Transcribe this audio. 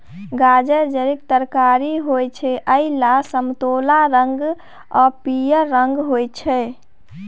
गाजर जड़िक तरकारी होइ छै आ इ लाल, समतोला रंग आ पीयर रंगक होइ छै